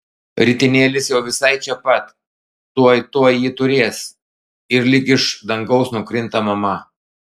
ritinėlis jau visai čia pat tuoj tuoj jį turės ir lyg iš dangaus nukrinta mama